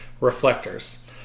reflectors